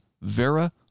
Vera